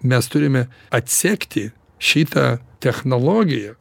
mes turime atsekti šitą technologiją